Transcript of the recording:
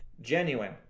genuine